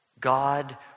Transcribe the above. God